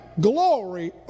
glory